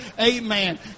Amen